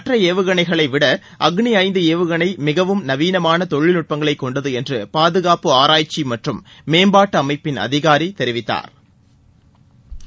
மற்ற ஏவுகளைகளைவிட அக்னி ஐந்து ஏவுகளை மிகவும் நவீனமான தொழில்நுட்பங்களைக் கொண்டது என்று பாதுகாப்பு ஆராய்ச்சி மற்றும் மேம்பாட்டு அமைப்பின் அதிகாரி தெரிவித்தாா்